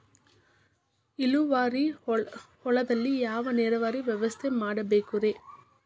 ಇಳುವಾರಿ ಹೊಲದಲ್ಲಿ ಯಾವ ನೇರಾವರಿ ವ್ಯವಸ್ಥೆ ಮಾಡಬೇಕ್ ರೇ?